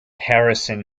harrison